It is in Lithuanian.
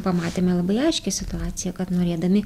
pamatėme labai aiškią situaciją kad norėdami